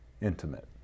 intimate